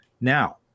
Now